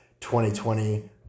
2020